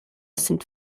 sind